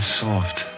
soft